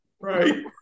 Right